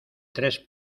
tres